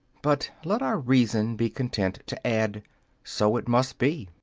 but let our reason be content to add so it must be.